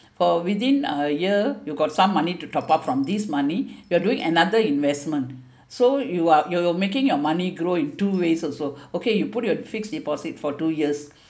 for within a year you got some money to top up from this money you are doing another investment so you are you're you're making your money grow in two ways also okay you put it on fixed deposit for two years